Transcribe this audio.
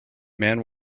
man